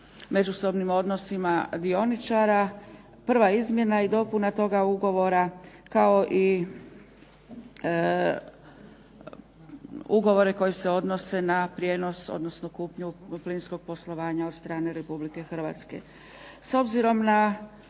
međusobnim odnosima dioničara, prva izmjena i dopuna toga ugovora kao i ugovore koji se odnose na prijenos, odnosno kupnju plinskog poslovanja od strane Republike Hrvatske.